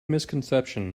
misconception